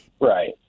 right